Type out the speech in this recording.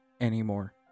anymore